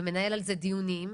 ומנהל על זה דיונים.